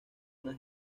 una